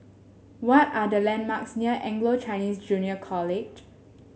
what are the landmarks near Anglo Chinese Junior College